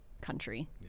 country